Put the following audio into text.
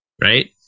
right